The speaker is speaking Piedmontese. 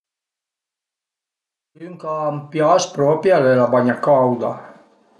Ün ch'a më pias propi al e la bagna cauda